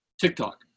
TikTok